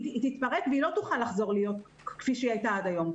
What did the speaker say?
תתפרק ולא תוכל לחזור להיות כפי שהייתה עד היום.